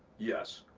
yes.